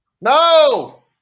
No